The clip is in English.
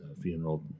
funeral